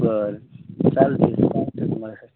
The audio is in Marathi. बरं चालतय चालतय माला स